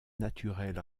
naturel